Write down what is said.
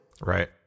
right